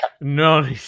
no